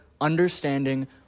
understanding